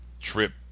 trip